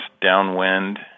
downwind